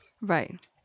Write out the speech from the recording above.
Right